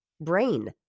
brain